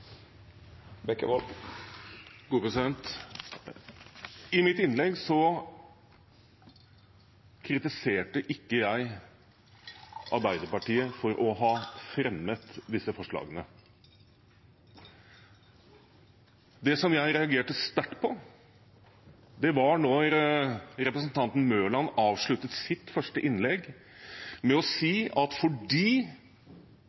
I mitt innlegg kritiserte jeg ikke Arbeiderpartiet for å ha fremmet disse forslagene. Det jeg reagerte sterkt på, var at representanten Mørland avsluttet sitt første innlegg med å si